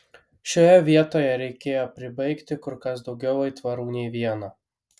šioje vietoje reikėjo pribaigti kur kas daugiau aitvarų nei vieną